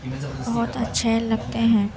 بہت اچھے لگتے ہیں